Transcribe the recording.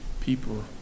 people